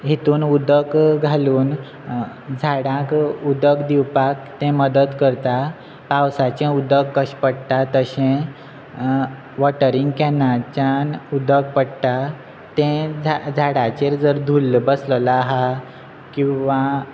हेतून उदक घालून झाडांक उदक दिवपाक तें मदत करता पावसाचे उदक कशें पडटा तशें वॉटरिंग कॅनाच्यान उदक पडटा तें झाडाचेर जर धुल्ल बसललो आसा किंवां